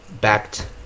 backed